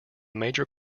major